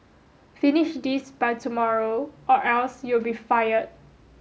finish this by tomorrow or else you'll be fired